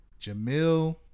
Jamil